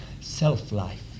self-life